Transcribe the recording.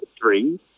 three